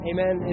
Amen